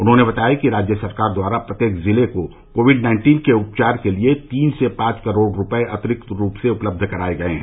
उन्होंने बताया कि राज्य सरकार द्वारा प्रत्येक जिलें को कोविड नाइन्टीन के उपचार के लिये तीन से पांच करोड़ रूपये अतिरिक्त रूप से उपलब्ध कराये गये हैं